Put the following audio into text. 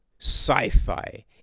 sci-fi